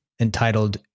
entitled